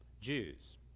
Jews